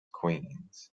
queens